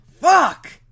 Fuck